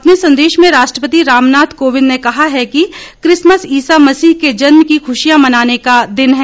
अपने संदेश में राष्ट्रपति रामनाथ कोविंद ने कहा है कि क्रिसमस ईसा मसीह के जन्म की खुशियां मनाने का दिन है